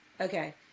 Okay